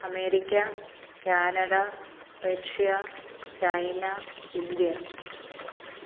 America Canada Russia China India